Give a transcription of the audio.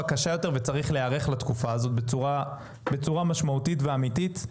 קשה יותר וצריך להיערך לתקופה הזאת בצורה משמעותית ואמיתית.